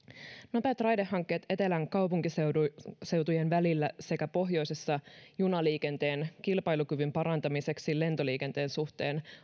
nopeat raidehankkeet etelän kaupunkiseutujen välillä sekä pohjoisessa junaliikenteen kilpailukyvyn parantamiseksi lentoliikenteen suhteen